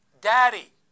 Daddy